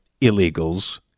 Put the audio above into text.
illegals